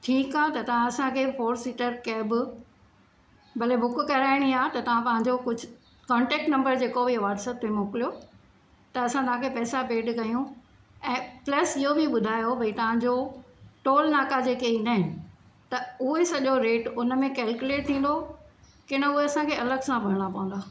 ठीकु आहे त तव्हां असांखे फोर सीटर कैब भले बुक कराइणी आहे त तव्हां पंहिंजो कुझु कॉन्टेक्ट नंबर जेको बि व्हाटसअप ते मोकिलियो त असां तव्हां खे पैसा पेड कयूं ऐं प्लस इहो बि ॿुधायो भई तव्हां जो टोल नाका जेके ईंदा आहिनि त उहे सॼो रेट उन में कैलकुलेट थींदो कि न उहे असांखे अलॻि सां भरणा पवंदा